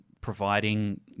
providing